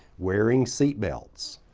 wearing seat belts,